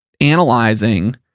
analyzing